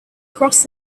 crossed